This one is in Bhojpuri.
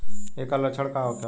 ऐकर लक्षण का होखेला?